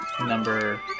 number